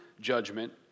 judgment